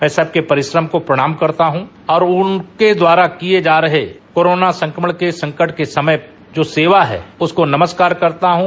मैं सबके परिश्रम को प्रणाम करता हूँ और उनके द्वारा किये जा रहे कोरोना संक्रमण के संकट के समय जो सेवा है उसको नमस्कार करता हूँ